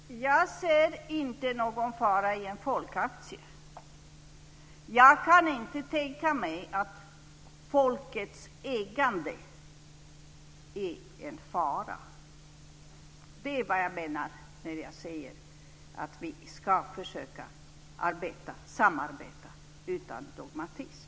Fru talman! Jag ser inte någon fara i en folkaktie. Jag kan inte tänka mig att folkets ägande är en fara. Det är vad jag menar när jag säger att vi ska försöka samarbeta utan dogmatism.